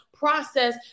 process